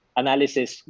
analysis